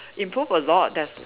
improve a lot there's